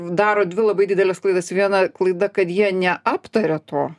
daro dvi labai dideles klaidas viena klaida kad jie neaptaria to